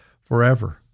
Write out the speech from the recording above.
forever